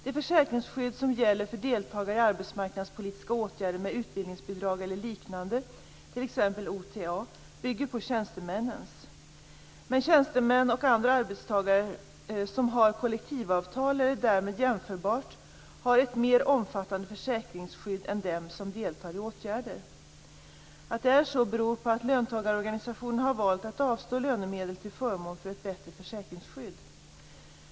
Det försäkringsskydd som gäller för deltagare i arbetsmarknadspolitiska åtgärder med utbildningsbidrag eller liknande, t.ex. OTA, bygger på tjänstemännens skydd. Men tjänstemän och andra arbetstagare som har kollektivavtal eller något därmed jämförbart har ett mer omfattande försäkringsskydd än de som deltar i åtgärder. Att det är så beror på att löntagarorganisationerna har valt att avstå lönemedel till förmån för ett bättre försäkringsskydd.